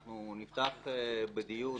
אנחנו נפתח בדיון,